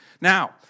Now